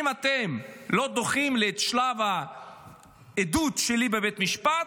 אם אתם לא דוחים לי את שלב העדות שלי בבית משפט,